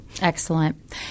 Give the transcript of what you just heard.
Excellent